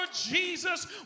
Jesus